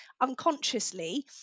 unconsciously